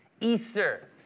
Easter